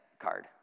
card